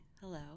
Hello